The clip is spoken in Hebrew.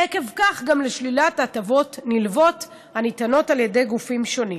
ועקב כך גם לשלילת הטבות נלוות הניתנות על ידי גופים שונים.